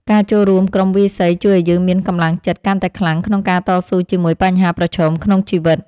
ការចូលរួមក្រុមវាយសីជួយឱ្យយើងមានកម្លាំងចិត្តកាន់តែខ្លាំងក្នុងការតស៊ូជាមួយបញ្ហាប្រឈមក្នុងជីវិត។